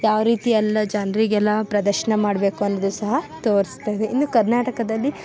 ಯಾವ ರೀತಿಯೆಲ್ಲ ಜನರಿಗೆಲ್ಲ ಪ್ರದರ್ಶನ ಮಾಡಬೇಕು ಅನ್ನೋದು ಸಹ ತೋರಿಸ್ತಾಯಿದೆ ಇನ್ನು ಕರ್ನಾಟಕದಲ್ಲಿ